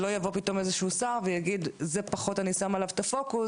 שלא יבוא פתאום איזשהו שר ויגיד: על זה אני פחות שם את הפוקוס,